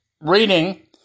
reading